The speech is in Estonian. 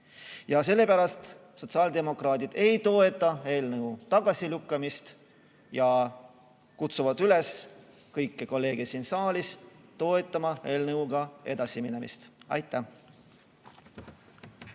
Sellepärast sotsiaaldemokraadid ei toeta eelnõu tagasilükkamist ja kutsuvad üles kõiki kolleege siin saalis toetama eelnõuga edasiminemist. Aitäh!